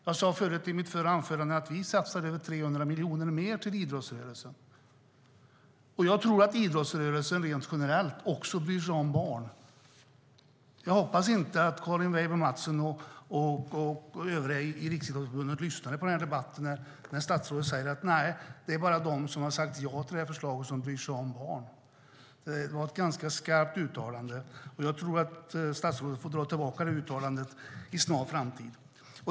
Jag sade i mitt förra anförande att vi satsar över 300 miljoner mer på idrottsrörelsen. Jag tror att idrottsrörelsen rent generellt också bryr sig om barn. Jag hoppas inte att Karin Mattsson Weijber och övriga i Riksidrottsförbundet lyssnade på debatten när statsrådet sade: Nej, det är bara de som har sagt ja till det här förslaget som bryr sig om barn. Det var ett ganska skarpt uttalande. Jag tror att statsrådet får dra tillbaka det uttalandet i en snar framtid.